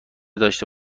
داشته